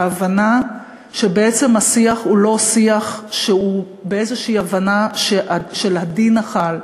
ההבנה שבעצם השיח הוא לא באיזושהי הבנה של הדין החל,